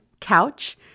couch